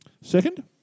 Second